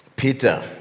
Peter